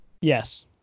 Yes